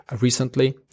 recently